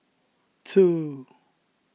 two